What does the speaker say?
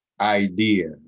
idea